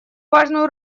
важную